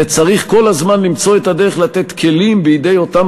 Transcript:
וצריך כל הזמן למצוא את הדרך לתת כלים בידי אותם